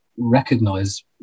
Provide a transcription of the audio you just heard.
Recognize